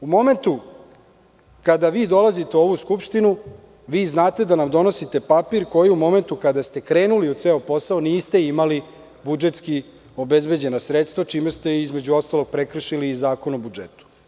U momentu kada vi dolazite u ovu Skupštinu znate da nam donosite papir, a u momentu kada ste krenuli u ceo posao niste imali budžetski obezbeđena sredstva, čime ste između ostalog prekršili i Zakon o budžetu.